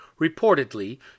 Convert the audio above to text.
Reportedly